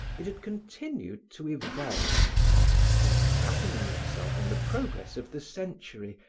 it had continued to evolve and, patterning itself on the progress of the century,